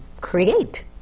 create